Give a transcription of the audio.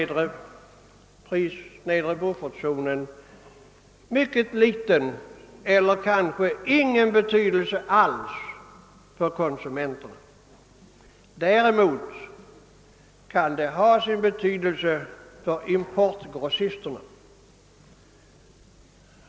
Däremot kan det ha betydelse för importgrossisterna.